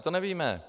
To nevíme.